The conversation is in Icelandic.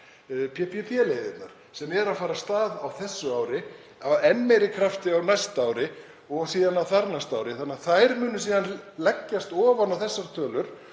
PPP-leiðirnar, sem fara af stað á þessu ári, af enn meiri krafti á næsta ári og síðan á þar næsta ári. Þær munu síðan leggjast ofan á þessar tölur